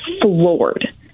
floored